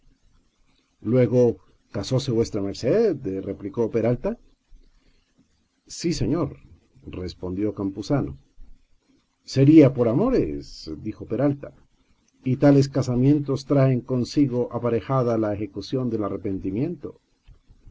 luego casóse vuesa merced replicó peralta sí señor respondió campuzano sería por amores dijo peralta y tales casamientos traen consigo aparejada la ejecución del arrepentimiento